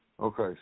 Okay